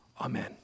Amen